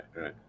Right